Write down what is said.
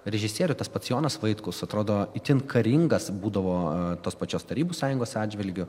režisierių tas pats jonas vaitkus atrodo itin karingas būdavo tos pačios tarybų sąjungos atžvilgiu